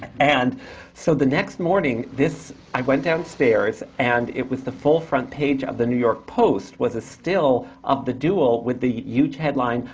and so, the next morning, i went downstairs, and it was the full front page of the new york post, was a still of the duel with the huge headline,